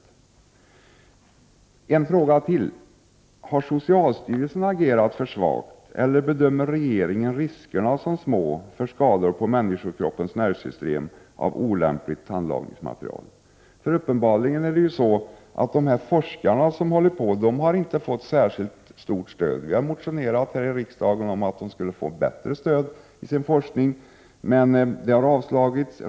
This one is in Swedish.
Ytterligare en fråga: Har socialstyrelsen agerat för svagt, eller bedömer regeringen riskerna som små för skador på människokroppens nervsystem av olämpligt tandlagningsmaterial? De forskare som arbetar med detta har uppenbarligen inte fått särskilt stort stöd. Vi har motionerat här i riksdagen om att de skulle få bättre stöd till sin forskning, men dessa motioner har avslagits.